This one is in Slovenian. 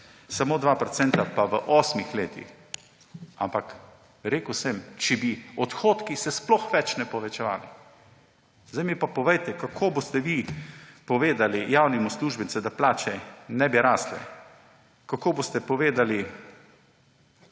dosegli v osmih letih. Ampak rekel sem, če se odhodki sploh ne bi več povečevali. Zdaj mi pa povejte, kako boste vi povedali javnim uslužbencem, da plače ne bi rastle. Kako boste povedali